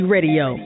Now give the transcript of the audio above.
Radio